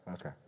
Okay